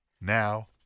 Now